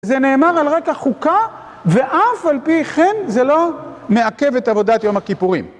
זה נאמר על רקע חוקה ואף על פי כן זה לא מעכב את עבודת יום הכיפורים.